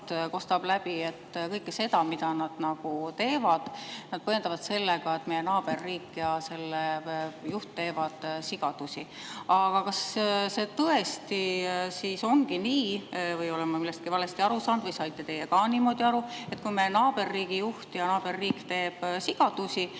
kostis läbivalt, et kõike seda, mida nad teevad, nad põhjendavad sellega, et meie naaberriik ja selle juht teevad sigadusi. Aga kas see tõesti ongi nii või olen ma millestki valesti aru saanud? Või saite teie ka niimoodi aru, et kui meie naaberriigi juht ja naaberriik teevad sigadusi,